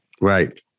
Right